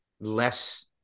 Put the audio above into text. less